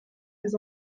des